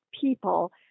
people